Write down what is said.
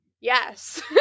yes